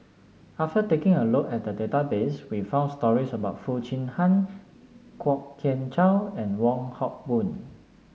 after taking a look at the database we found stories about Foo Chee Han Kwok Kian Chow and Wong Hock Boon